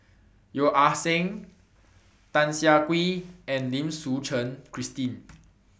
Yeo Ah Seng Tan Siah Kwee and Lim Suchen Christine